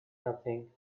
nothing